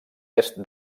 est